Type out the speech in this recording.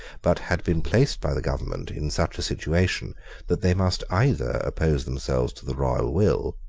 but had been placed by the government in such a situation that they must either oppose themselves to the royal will,